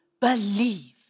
believe